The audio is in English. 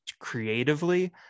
creatively